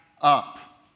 up